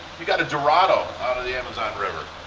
you got a dorado of the amazon river.